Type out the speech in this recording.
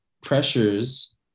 pressures